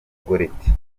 goretti